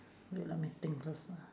wait let me think first ah